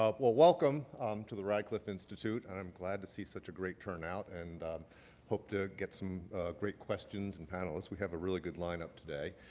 ah well, welcome to the radcliffe institute. and i'm glad to see such a great turnout and hope to get some great questions and panelists. we have a really good lineup today.